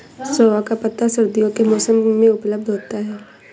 सोआ का पत्ता सर्दियों के मौसम में उपलब्ध होता है